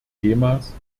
themas